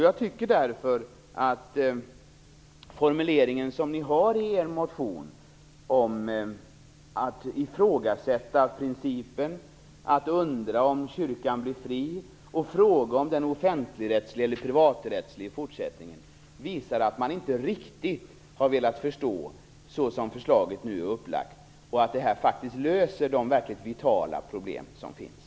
Jag tycker därför att den formulering som ni har i er motion om att ifrågasätta principen, att undra om kyrkan blir fri och fråga om den blir offentligrättslig eller privaträttslig i fortsättningen visar att man inte riktigt har velat förstå förslaget som det nu är upplagt, och att det här faktiskt löser de verkligt vitala problem som finns.